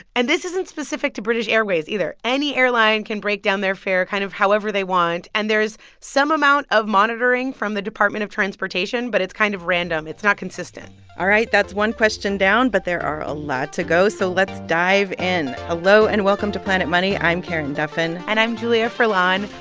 and this isn't specific to british airways either. any airline can break down their fare kind of however they want. and there's some amount of monitoring from the department of transportation, but it's kind of random. it's not consistent all right. that's one question down. but there are a lot to go, so let's dive in. hello, and welcome to planet money. i'm karen duffin and i'm julia furlan.